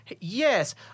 Yes